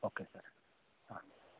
okay sir ಹಾಂ